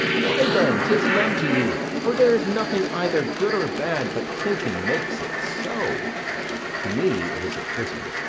why, then tis none to you for there is nothing either good or bad but thinking makes it so to me it is a prison.